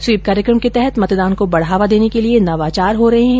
SVEEP कार्यक्रम के तहत मतदान को बढ़ावा देने के लिये नवाचार किये जा रहे है